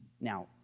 Now